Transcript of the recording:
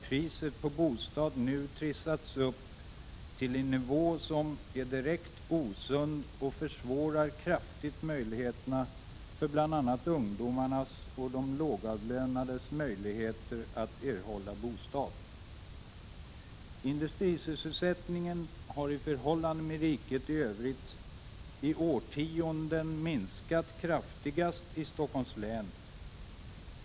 Priserna på bostäder har trissats upp till en nivå som är direkt osund, och det försvårar kraftigt möjligheten för bl.a. ungdomar och lågavlönade att få en bostad. Industrisysselsättningen har i förhållande till riket i övrigt under årtionden minskat kraftigast i Stockholms län.